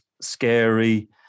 scary